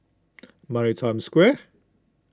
Maritime Square